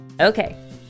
Okay